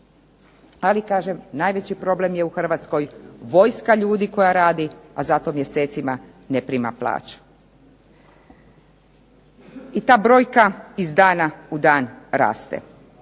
ali kažem najveći problem je u Hrvatskoj vojska ljudi koja radi a za to mjesecima ne prima plaću. I ta brojka iz dana u dan raste.